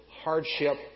hardship